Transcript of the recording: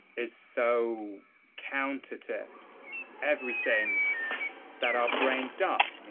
is so counter to everything that our brain does.